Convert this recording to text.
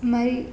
મારી